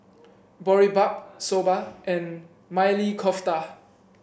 Boribap Soba and Maili Kofta